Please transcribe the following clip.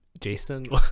Jason